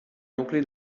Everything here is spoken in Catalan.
nucli